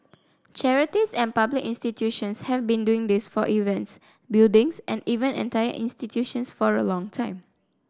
charities and public institutions have been doing this for events buildings and even entire institutions for a long time